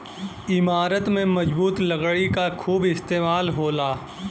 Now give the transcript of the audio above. इमारत में मजबूत लकड़ी क खूब इस्तेमाल होला